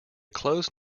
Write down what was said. closed